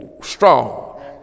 strong